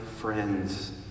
friends